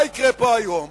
מה יקרה פה היום?